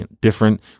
different